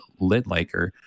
Lidlaker